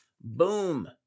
Boom